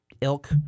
ilk